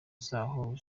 zaho